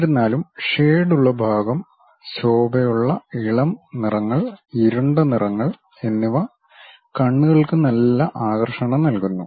എന്നിരുന്നാലും ഷേഡുള്ള ഭാഗം ശോഭയുള്ള ഇളം നിറങ്ങൾ ഇരുണ്ട നിറങ്ങൾ എന്നിവ കണ്ണുകൾക്ക് നല്ല ആകർഷണം നൽകുന്നു